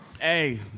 Hey